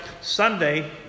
Sunday